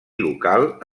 local